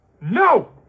No